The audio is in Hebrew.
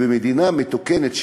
במדינה מתוקנת,